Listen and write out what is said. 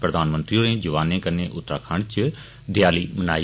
प्रधानमंत्री होरें जवानें कन्नै उत्तराखंड इच देयाली मनाई